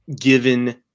given